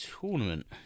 tournament